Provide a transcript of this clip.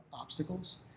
obstacles